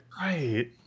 Right